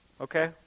Okay